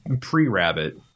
Pre-Rabbit